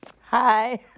hi